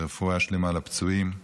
ורפואה שלמה לפצועים.